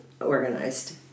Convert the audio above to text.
organized